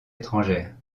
étrangères